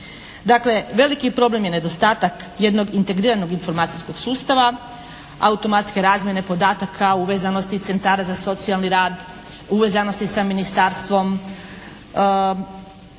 Dakle, veliki problem je nedostatak jednog integriranog informacijskog sustava automatske razmjene podataka, uvezanosti centara za socijalni rad, uvezanosti sa ministarstvom.